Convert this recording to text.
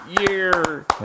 year